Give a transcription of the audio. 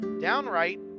downright